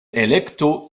elekto